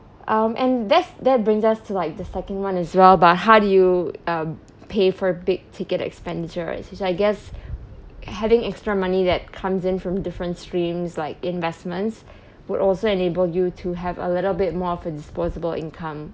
um and there's that brings us to like the second one as well about how do you um pay for big ticket expenditure is which I guess having extra money that comes in from different streams like investments would also enable you to have a little bit more of a disposable income